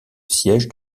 siège